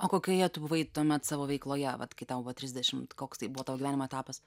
o kokioje tu buvai tuomet savo veikloje vat kai tau va trisdešimt koks tai buvo tavo gyvenimo etapas